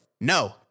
No